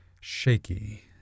shaky